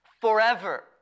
Forever